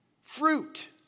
fruit